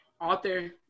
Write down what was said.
author